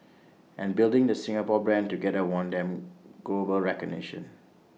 and building the Singapore brand together won them global recognition